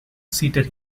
seated